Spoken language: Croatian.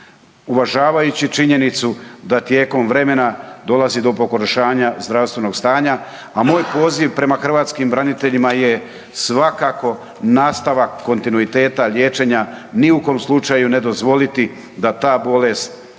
uvažavajući činjenicu da tijekom vremena dolazi do pogoršanja zdravstvenog stanja a moj poziv prema hrvatskim braniteljima je svakako nastavak kontinuiteta liječenja, ni u kom slučaju ne dozvoliti da ta bolest uznapreduje